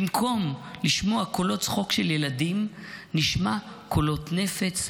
במקום לשמוע קולות צחוק של ילדים נשמע קולות נפץ,